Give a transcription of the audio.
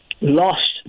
lost